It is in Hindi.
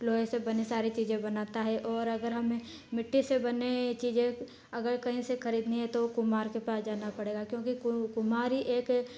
लोहे से बने सारी चीजें बनाता है और अगर हम मिट्टी से बने चीजें अगर कहीं से खरीदनी है तो कुम्हार के पास जाना पड़ेगा क्योंकि कु कुम्हार ही एक